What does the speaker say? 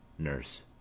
nurse.